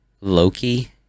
Loki